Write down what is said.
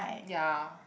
ya